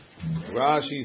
Rashi